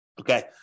Okay